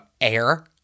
Air